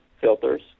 filters